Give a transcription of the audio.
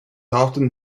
often